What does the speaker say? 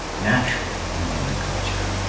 naturally in human culture.